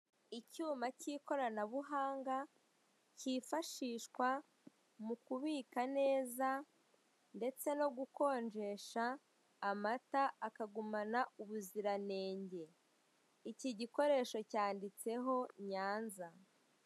Icyuma cy'ikoranabuhanga kifashishwa mu kubika neza ndetse no gukonjesha amata akagumana ubuziranenge, iki gikoresho cyanditseho Nyanza.